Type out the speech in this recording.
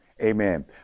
amen